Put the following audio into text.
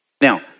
Now